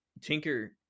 tinker